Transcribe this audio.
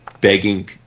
begging